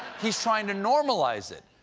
he's trying to normalize it.